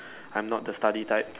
I'm not the study type